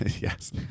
Yes